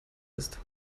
ist